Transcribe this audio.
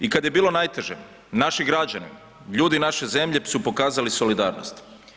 I kad je bilo najteže naši građani, ljudi naše zemlje su pokazali solidarnost.